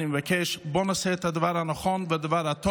אני מבקש: בואו נעשה את הדבר הנכון והטוב,